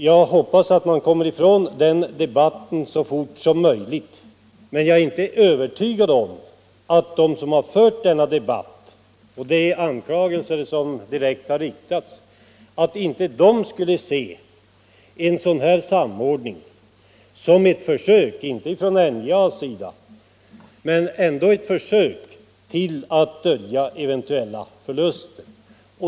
Jag hoppas att den debatten skall upphöra så snabbt som möjligt, men jag är inte övertygad om att de som fört denna debatt och framfört direkta anklagelser inte skulle se en samordning som ett försök —- om också inte från NJA — att dölja eventuella förluster.